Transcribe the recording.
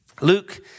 Luke